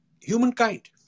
humankind